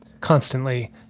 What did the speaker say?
constantly